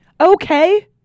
Okay